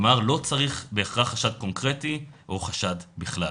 כלומר לא צריך בהכרח חשד קונקרטי או חשד בכלל,